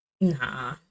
nah